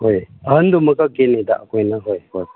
ꯍꯣꯏ ꯑꯍꯟꯗꯨꯃꯛꯈꯛꯀꯤꯅꯤꯗ ꯑꯩꯈꯣꯏꯅ ꯍꯣꯏ ꯍꯣꯏ